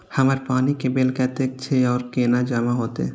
हमर पानी के बिल कतेक छे और केना जमा होते?